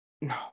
no